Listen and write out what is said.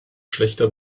schlechter